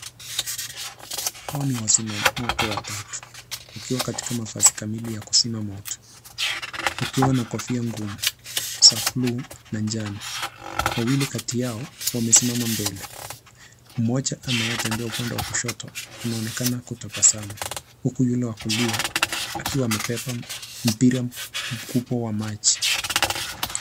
Hawa ni wazimamoto watatu wakiwa katika nafasi kamili ya kuzima moto wakiwa na kofia ngumu za bluu na njano. Wawili wamesimama mbele. Mmoja anayetembea upande wa kushoto anaonekana kutabasamu huku yule wa kulia akiwa amebeba mpira mkubwa wa maji.